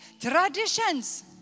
traditions